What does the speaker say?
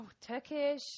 Turkish